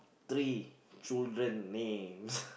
three children names